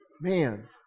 Man